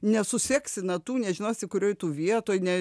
nesuseksi natų nežinosi kurioj tu vietoj ne